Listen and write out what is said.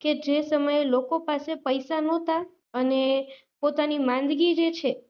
કે જે સમયે લોકો પાસે પૈસા નહોતા અને પોતાની માંદગી જે છે